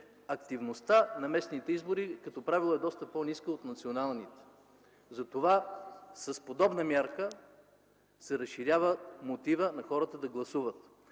активността на местните избори като правило е доста по-ниска от националните, затова с подобна мярка се разширява мотивът на хората да гласуват.